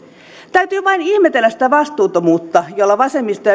täytyy vain ihmetellä sitä vastuuttomuutta jolla vasemmisto